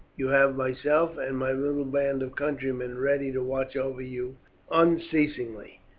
you have myself and my little band of countrymen ready to watch over you unceasingly.